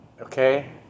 Okay